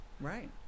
Right